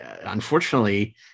unfortunately